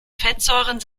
fettsäuren